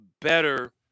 better